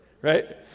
right